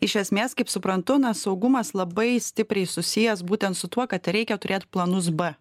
iš esmės kaip suprantu na saugumas labai stipriai susijęs būtent su tuo kad tereikia turėt planus b